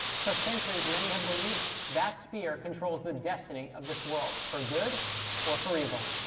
for centuries, many have believed that spear controls the destiny of this world, for good or for evil.